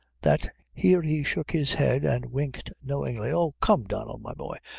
that here he shook his head and winked knowingly oh, come donnel, my boy,